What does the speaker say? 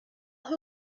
who